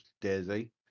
Daisy